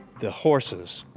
the horses,